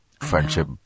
friendship